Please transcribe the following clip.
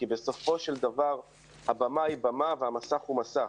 כי בסופו של דבר הבמה היא במה והמסך הוא מסך.